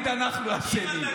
תמיד אנחנו אשמים.